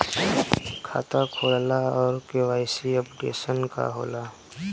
खाता खोलना और के.वाइ.सी अपडेशन का होला?